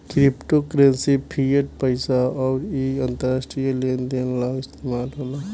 crypto currency fiat पईसा ह अउर इ अंतरराष्ट्रीय लेन देन ला इस्तमाल होला